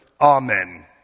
Amen